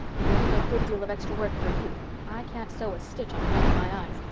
it will mean a good deal of extra work for you. i can't sew a stitch on account of my eyes,